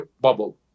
bubble